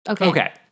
Okay